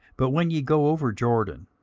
but when ye go over jordan,